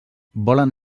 volen